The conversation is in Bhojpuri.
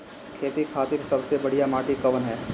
खेती खातिर सबसे बढ़िया माटी कवन ह?